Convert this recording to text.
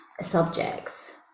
subjects